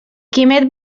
quimet